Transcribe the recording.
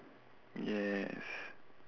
yes